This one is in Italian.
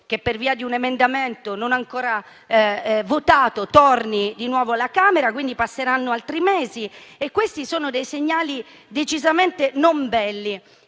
che, per via di un emendamento non ancora votato, torni di nuovo alla Camera e, quindi passeranno altri mesi. Questi sono dei segnali decisamente non belli,